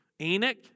Enoch